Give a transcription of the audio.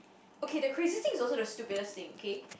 okay the craziest thing is also the stupidest thing okay